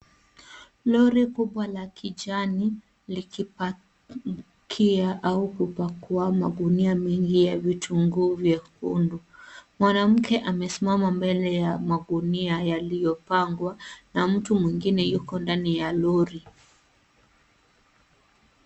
Lori kubwa la kijani, likipakia au kupakua magunia mengi ya vitunguu vyekundu. Mwanamke amesimama mbele ya magunia yaliyopangwa na mtu mwingine yupo ndani ya lori.